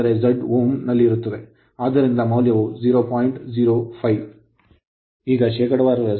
1 ನಾವು ಪಡೆಯುವ ಯಾವುದೇ ಮೌಲ್ಯ ಅಂದರೆ Z Ω ನಲ್ಲಿರುತ್ತದೆ ಆದ್ದರಿಂದ ಮೌಲ್ಯವು 0